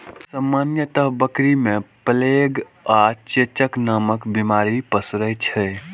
सामान्यतः बकरी मे प्लेग आ चेचक नामक बीमारी पसरै छै